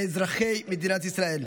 עם אזרחי מדינת ישראל.